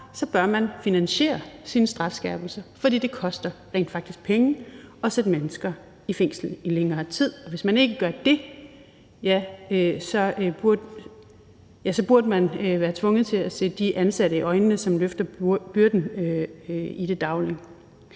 – at man så finansierer sin strafskærpelse, fordi det rent faktisk koster penge at sætte mennesker i fængsel i længere tid, og hvis man ikke gør det, burde man være tvunget til at se de ansatte i øjnene, som løfter byrden i det daglige.